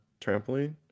trampoline